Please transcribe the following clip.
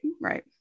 right